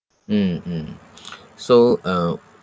mm mm so uh